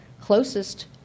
closest